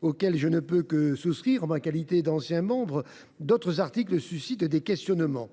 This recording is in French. auxquelles je ne peux que souscrire en ma qualité d’ancien membre, d’autres articles suscitent des questionnements.